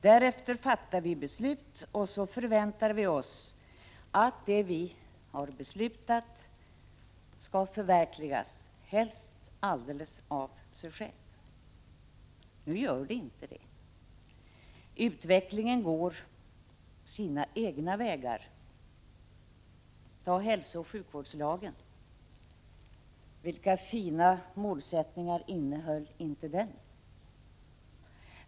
Därefter fattar vi beslut, och så förväntar vi oss att det vi beslutat skall förverkligas, helst alldeles av sig självt. Nu gör det inte det. Utvecklingen går sina egna vägar. Ta hälsooch sjukvårdslagen som exempel. Vilka fina målsättningar innehöll inte den!